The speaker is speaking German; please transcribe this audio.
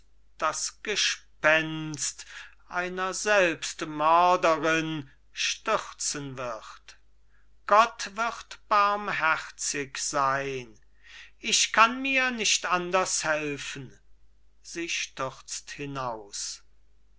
das gespenst einer selbstmörderin stürzen wird gott wird barmherzig sein ich kann mir nicht anders helfen